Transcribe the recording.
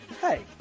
Hey